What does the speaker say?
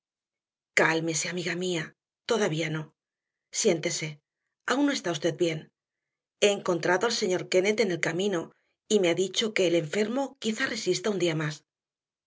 cálmese amiga mía todavía no siéntese aún no está usted bien he encontrado al doctor kennett en el camino y me ha dicho que el enfermo quizá resista un día más